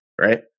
right